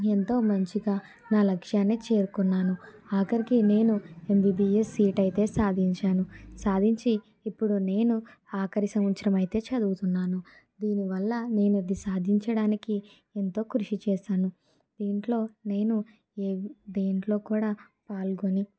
ఎంతో మంచిగా నా లక్ష్యాన్ని చేరుకున్నాను ఆఖరికి నేను ఎమ్బిబిఎస్ సీటైతే సాధించాను సాధించి ఇప్పుడు నేను ఆఖరి సంవత్సరమైతే చదువుతున్నాను దీనివల్ల నేను అది సాధించడానికి ఎంతో కృషి చేసాను దీంట్లో నేను దేంట్లో కూడా పాల్గొని